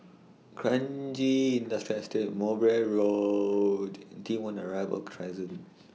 Kranji Industrial Estate Mowbray Road T one Arrival Crescent